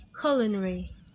culinary